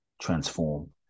transform